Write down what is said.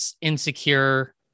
insecure